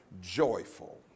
joyful